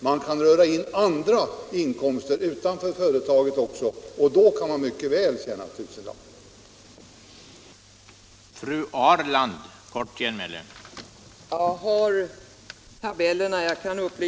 Man kan dra in andra inkomster, utanför företaget, och då kan man mycket väl tjäna tusenlappen.